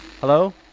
Hello